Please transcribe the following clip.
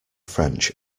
french